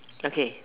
okay